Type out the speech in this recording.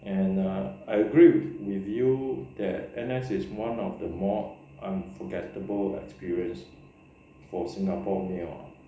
and err I agree with you that N_S is one of the more unforgettable experience for singapore male ah